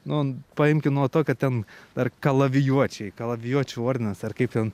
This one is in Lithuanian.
nu paimkim nuo to kad ten ar kalavijuočiai kalavijuočių ordinas ar kaip ten